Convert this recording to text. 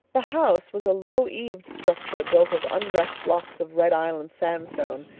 the house was a low-eaved structure built of undressed blocks of red island sandstone,